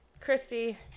Christy